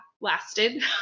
lasted